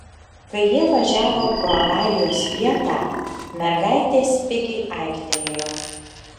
kai jie važiavo pro avarijos vietą mergaitė spigiai aiktelėjo